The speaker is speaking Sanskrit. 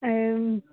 हा एवं